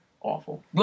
Awful